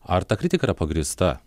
ar ta kritika yra pagrįsta